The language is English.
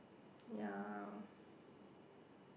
ya